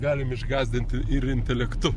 galim išgąsdinti ir intelektu